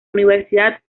universidad